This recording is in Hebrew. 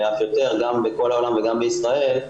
גם בכל העולם וגם בישראל,